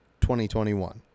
2021